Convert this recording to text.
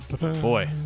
Boy